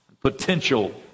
potential